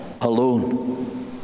alone